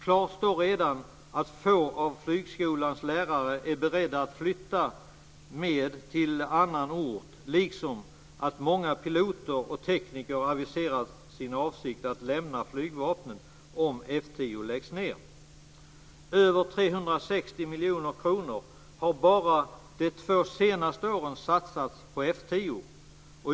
Klart står redan att få av flygskolans lärare är beredda att flytta med till annan ort liksom att många piloter och tekniker aviserat sin avsikt att lämna flygvapnet om F 10 läggs ned. Över 360 miljoner kronor har bara under de senaste två åren satsats på F 10.